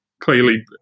clearly